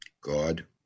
God